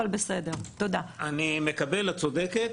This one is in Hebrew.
אני מקבל, את צודקת.